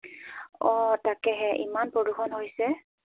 অ' তাকেহে ইমান প্ৰদূষণ হৈছে